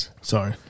Sorry